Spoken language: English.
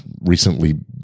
recently